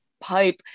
pipe